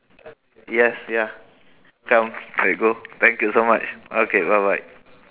yes ya come let's go thank you so much okay bye bye